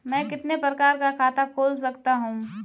मैं कितने प्रकार का खाता खोल सकता हूँ?